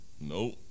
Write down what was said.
nope